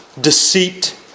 deceit